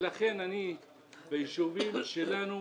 ביישובים שלנו,